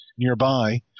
nearby